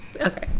okay